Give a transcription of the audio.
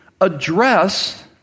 address